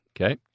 Okay